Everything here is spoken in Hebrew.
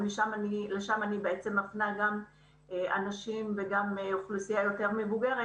אליהם אני מפנה גם אוכלוסייה מבוגרת